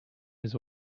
his